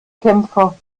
kämpfer